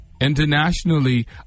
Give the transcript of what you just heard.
Internationally